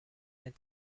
and